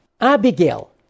Abigail